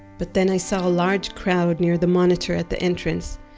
but then i saw a large crowd near the monitor at the entrance,